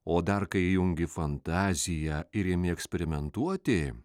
o dar kai įjungi fantaziją ir imi eksperimentuoti